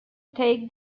take